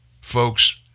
Folks